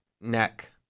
Neck